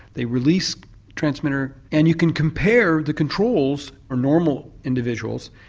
they release transmitter, and you can compare the controls, or normal individuals,